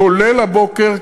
כולל הבוקר,